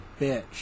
bitch